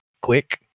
quick